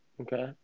Okay